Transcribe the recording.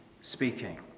speaking